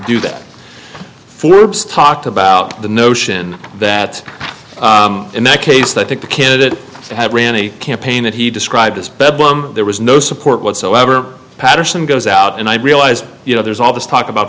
do that forbes talked about the notion that in that case the take the kid had ran a campaign that he described as bedlam there was no support whatsoever paterson goes out and i realized you know there's all this talk about